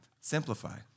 simplify